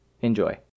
enjoy